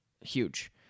huge